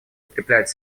укреплять